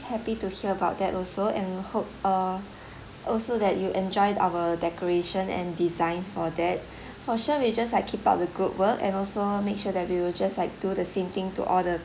happy to hear about that also and hope err also that you enjoyed our decoration and designs for that for sure we just like keep up the good work and also make sure that we will just like do the same thing to all the